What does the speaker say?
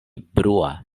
brua